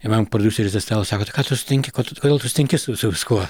ir man prodiuseris tas italas sako tai ką tu sutinki ko tu kodėl tu sutinki su su viskuo